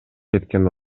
кеткен